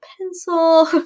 Pencil